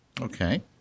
Okay